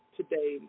today